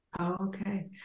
Okay